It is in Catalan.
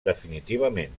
definitivament